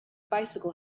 bicycle